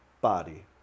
body